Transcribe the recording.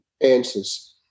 answers